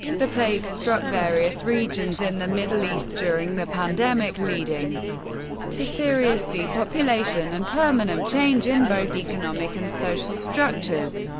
the plague struck various regions in the middle east during the pandemic, leading to serious depopulation and permanent change in both economic and social structures.